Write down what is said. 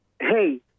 hey